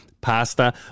pasta